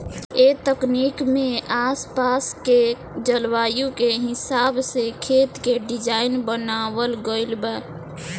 ए तकनीक में आस पास के जलवायु के हिसाब से खेत के डिज़ाइन बनावल गइल बा